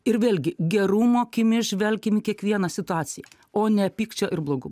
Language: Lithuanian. ir vėlgi gerumo akimis žvelkim į kiekvieną situaciją o ne pykčio ir blogumo